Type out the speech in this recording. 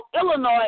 Illinois